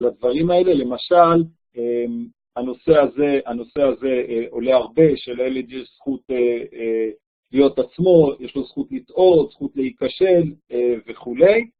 לדברים האלה, למשל, הנושא הזה עולה הרבה שלילד יש זכות להיות עצמו, יש לו זכות לטעות, זכות להיכשל וכולי.